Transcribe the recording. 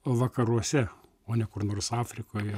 vakaruose o ne kur nors afrikoje